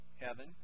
heaven